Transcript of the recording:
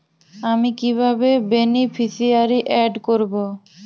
আমি কিভাবে beneficiary add করব?